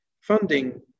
funding